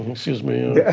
excuse me,